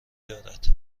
دارد